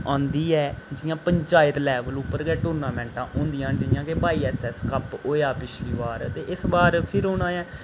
औंदी ऐ जि'यां पंचायत लेवल उप्पर गै टूर्नामैंटां होंदियां जि'यां के वाई एस एस कप्प होआ पिछली बार ते इस बार फ्ही होना ऐ